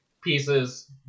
pieces